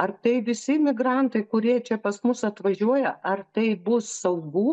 ar tai visi migrantai kurie čia pas mus atvažiuoja ar tai bus saugu